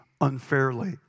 unfairly